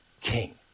king